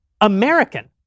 American